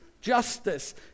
justice